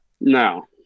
no